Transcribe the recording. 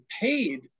paid